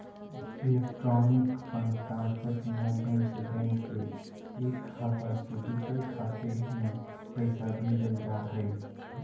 electronic fund transfer के माध्यम से बैंक के एक खाता से दूसर खाते में पैइसा भेजल जा हइ